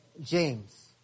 James